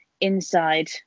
inside